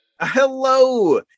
Hello